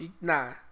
Nah